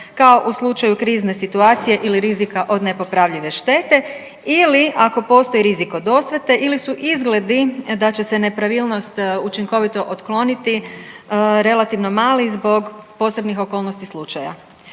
kao u slučaju krizne situacije ili rizika od nepopravljive štete ili ako postoji rizik od osvete ili su izgledi da će se nepravilnost učinkovito otkloniti relativno mali zbog posebnih okolnosti slučaja.